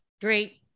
Great